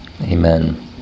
Amen